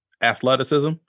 Athleticism